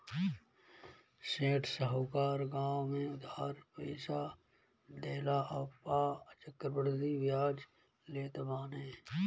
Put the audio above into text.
सेठ साहूकार गांव में उधार पईसा देहला पअ चक्रवृद्धि बियाज लेत बाने